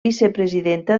vicepresidenta